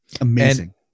Amazing